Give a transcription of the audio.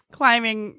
climbing